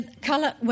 colour